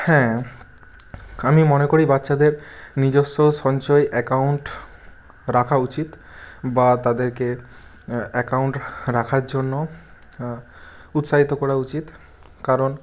হ্যাঁ আমি মনে করি বাচ্চাদের নিজস্ব সঞ্চয় অ্যাকাউন্ট রাখা উচিত বা তাদেরকে অ্যাকাউন্ট রাখার জন্য উৎসাহিত করা উচিত কারণ